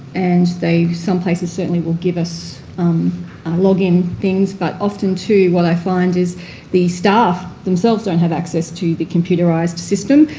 and they some places certainly will give us a login things but often, too, what i find is the staff themselves don't have access to the computerised system,